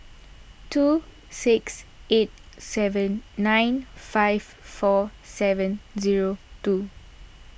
two six eight seven nine five four seven zero two